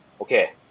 Okay